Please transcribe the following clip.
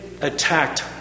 attacked